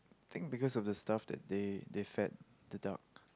think because of the stuff that they they fat the dark